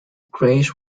grayish